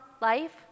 life